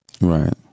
right